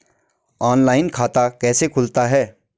Online खाता कैसे खुलता है?